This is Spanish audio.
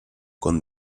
con